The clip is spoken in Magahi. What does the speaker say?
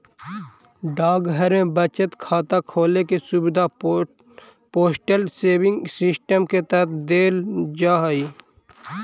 डाकघर में बचत खाता खोले के सुविधा पोस्टल सेविंग सिस्टम के तहत देल जा हइ